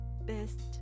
best